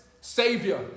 savior